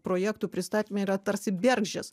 projektų pristatyme yra tarsi bergždžias